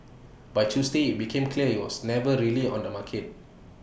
by Tuesday IT became clear he was never really on the market